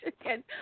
again